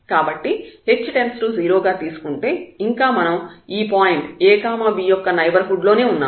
కాబట్టి h→0 గా తీసుకుంటే ఇంకా మనం ఈ పాయింట్ a b యొక్క నైబర్హుడ్ లోనే ఉన్నాము